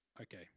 Okay